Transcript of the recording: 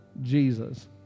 Jesus